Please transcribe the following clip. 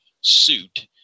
suit